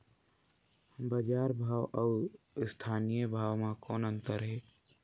बजार भाव अउ स्थानीय भाव म कौन अन्तर हे?